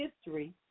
history